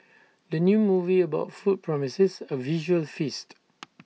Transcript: the new movie about food promises A visual feast